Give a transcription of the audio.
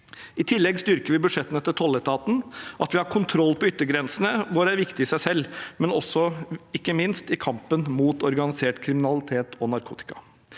I tillegg styrker vi budsjettene til tolletaten. At vi har kontroll på yttergrensene våre er viktig i seg selv, men det er ikke minst også viktig i kampen mot organisert kriminalitet og narkotika.